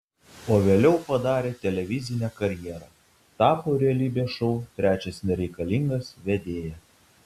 o vėliau padarė televizinę karjerą tapo realybės šou trečias nereikalingas vedėja